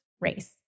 race